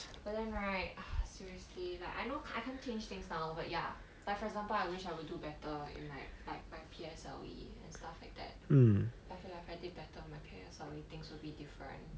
but then right seriously like I know I can't change things now but ya like for example I wish I will do better in like like my P_S_L_E and stuff like that I feel like if I did better in my P_S_L_E things will be different